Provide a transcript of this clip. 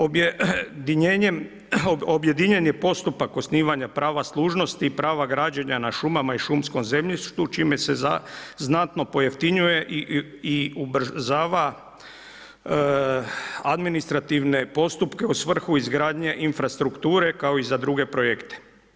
Objedinjen je postupak osnivanje prava služnosti i prava građenja nad šumama i šumskom zemljištu čime se znatno pojeftinjuje i ubrzava administrativne postupke u svrhu izgradnje infrastrukture, kao i za druge projekte.